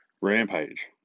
Rampage